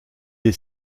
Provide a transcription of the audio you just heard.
est